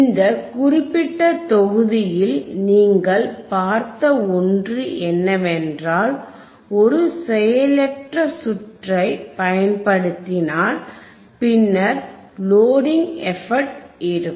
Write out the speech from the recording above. இந்த குறிப்பிட்ட தொகுதியில் நீங்கள் பார்த்த ஒன்று என்னவென்றால் ஒரு செயலற்ற சுற்றை பயன்படுத்தினால் பின்னர் லோடிங் எபக்ட் இருக்கும்